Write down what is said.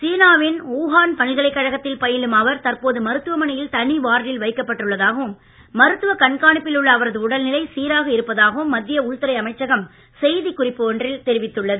சீனா வின் லூஹான் பல்கலைக்கழகத்தில் பயிலும் அவர் தற்போது மருத்துவமனையில் தனி வார்டில் வைக்கப் பட்டுள்ளதாகவும் மருத்துவ கண்காணிப்பில் உள்ள அவரது உடல்நிலை சீராக இருப்பதாகவும் மத்திய உள்துறை அமைச்சகம் செய்திக்குறிப்பு ஒன்றில் தெரிவித்துள்ளது